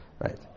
right